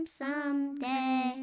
someday